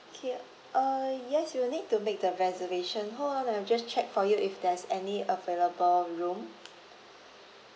K uh yes you will need to make the reservation hold on let me just check for you if there's any available room